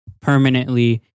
permanently